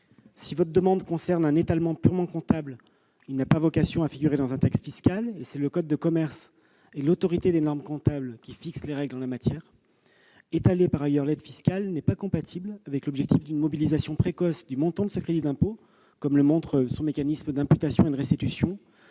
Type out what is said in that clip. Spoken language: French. Si votre demande concerne un étalement purement comptable, elle n'a pas vocation à figurer dans un texte fiscal ; c'est le code de commerce et l'Autorité des normes comptables qui fixent les règles en la matière. En outre, étaler l'aide fiscale n'est pas compatible avec l'objectif d'une mobilisation précoce du montant de ce crédit d'impôt, comme le montre son mécanisme d'imputation et de restitution.